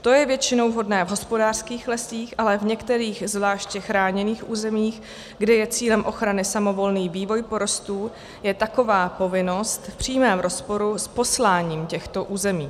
To je většinou vhodné v hospodářských lesích, ale v některých zvláště chráněných územích, kde je cílem ochrany samovolný vývoj porostů, je taková povinnost v přímém rozporu s posláním těchto území.